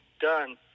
done